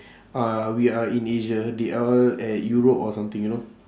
uh we are in asia they are all at europe or something you know